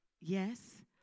Yes